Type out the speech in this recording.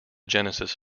genesis